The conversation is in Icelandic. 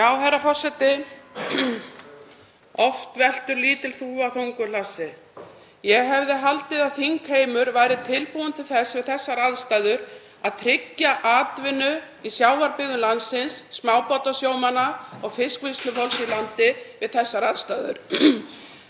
Herra forseti. Oft veltir lítil þúfa þungu hlassi. Ég hefði haldið að þingheimur væri tilbúinn til þess við þessar aðstæður að tryggja atvinnu í sjávarbyggðum landsins, smábátasjómanna og fiskvinnslufólks í landi, við þessar aðstæður.